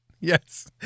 Yes